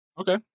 okay